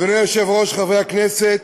אדוני היושב-ראש, חברי הכנסת,